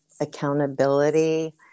accountability